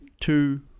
two